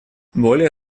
более